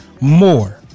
more